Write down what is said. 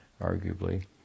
arguably